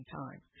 time